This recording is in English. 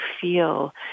feel